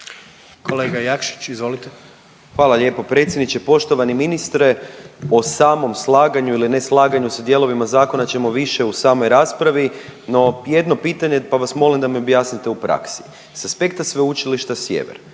**Jakšić, Mišel (SDP)** Hvala lijepo predsjedniče, poštovani ministre. O samom slaganju ili neslaganju sa dijelovima zakonima ćemo više u samoj raspravi no, jedno pitanje pa vas molim da mi objasnite u praksi. S aspekta Sveučilišta Sjever